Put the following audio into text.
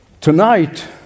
Tonight